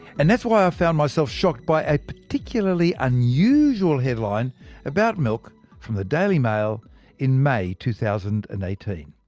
and that's why i found myself shocked by a particularly unusual headline about milk from the daily mail in may two thousand and eighteen.